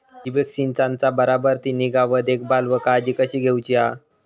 ठिबक संचाचा बराबर ती निगा व देखभाल व काळजी कशी घेऊची हा?